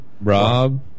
Rob